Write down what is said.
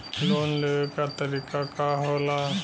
Loan लेवे क तरीकाका होला?